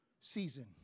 season